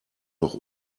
noch